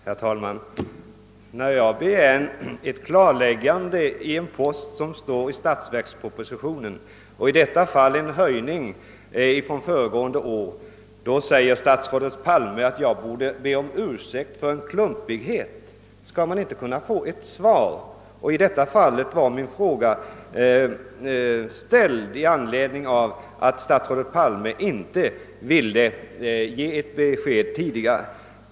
Herr talman! När jag begär ett klarläggande beträffande en post som finns i statsverkspropositionen — i detta fall gällde det en höjning från föregående år — säger statsrådet Palme att jag borde be om ursäkt för att jag begått en klumpighet. Skall man inte kunna få ett svar? I detta fall var min fråga ställd med anledning av att statsrådet Palme vid en tidigare tidpunkt inte ville ge besked.